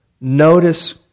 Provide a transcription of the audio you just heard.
notice